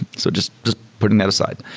so just just putting that aside.